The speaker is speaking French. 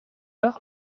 heure